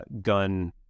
gun